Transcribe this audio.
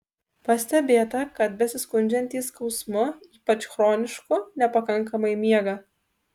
pastebėta kad besiskundžiantys skausmu ypač chronišku nepakankamai miega